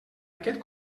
aquest